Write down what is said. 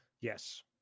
Yes